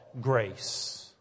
Grace